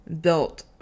built